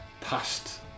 past